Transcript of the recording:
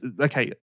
Okay